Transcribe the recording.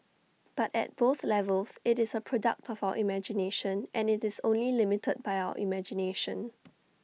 but at both levels IT is A product of our imagination and IT is only limited by our imagination